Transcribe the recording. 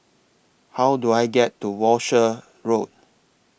How Do I get to Walshe Road